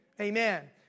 Amen